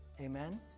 Amen